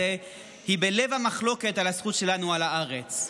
היא בלב המחלוקת על הזכות שלנו על הארץ.